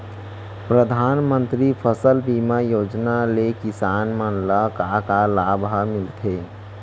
परधानमंतरी फसल बीमा योजना ले किसान मन ला का का लाभ ह मिलथे?